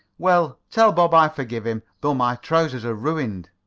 well, tell bob i forgive him, though my trousers are ruined.